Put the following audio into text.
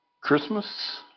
Christmas